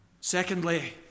Secondly